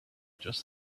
just